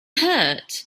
hurt